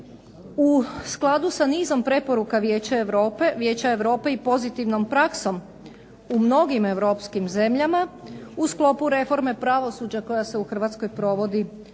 U skladu sa nizom preporuka Vijeća Europe, Vijeća Europe i pozitivnom praksom u mnogim europskim zemljama u sklopu reforme pravosuđa koja se u Hrvatskoj provodi